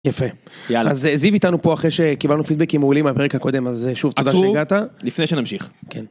יפה, אז זיו איתנו פה אחרי שקיבלנו פידבקים מעולים מהפרק הקודם אז שוב תודה שהגעת לפני שנמשיך.